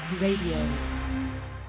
Radio